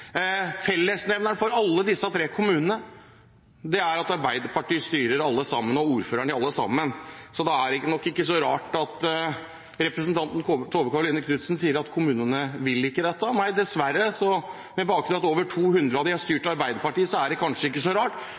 Fellesnevneren for alle disse tre kommunene er at Arbeiderpartiet styrer og har ordføreren i alle sammen. Det er nok ikke så rart at representanten Tove Karoline Knutsen sier at kommunene ikke vil dette. Nei, dessverre, med bakgrunn i at over 200 av dem er styrt av Arbeiderpartiet, er det kanskje ikke så rart.